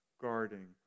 guarding